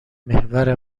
محور